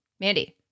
Mandy